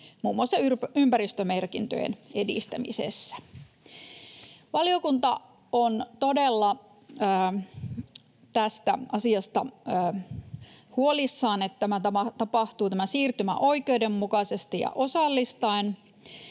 muun muassa ympäristömerkintöjen edistämisellä. Valiokunta on todella siitä asiasta huolissaan, että tämä siirtymä tapahtuu oikeudenmukaisesti ja osallistaen.